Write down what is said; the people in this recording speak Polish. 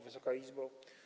Wysoka Izbo!